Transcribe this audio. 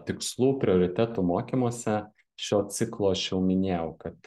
tikslų prioritetų mokymuose šio ciklo aš jau minėjau kad